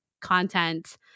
content